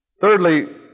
Thirdly